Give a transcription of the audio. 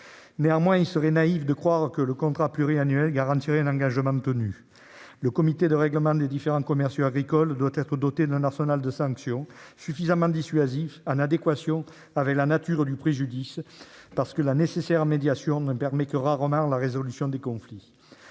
Néanmoins, il serait naïf de croire que le contrat pluriannuel garantirait un engagement tenu. Le comité de règlement des différends commerciaux agricoles doit être doté d'un arsenal de sanctions suffisamment dissuasif, en adéquation avec la nature du préjudice. En effet, la nécessaire médiation ne permet que rarement la résolution des conflits.